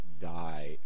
die